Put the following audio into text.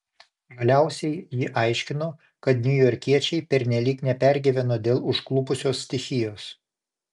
galiausiai ji aiškino kad niujorkiečiai pernelyg nepergyveno dėl užklupusios stichijos